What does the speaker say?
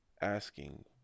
asking